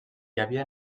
havia